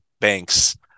banks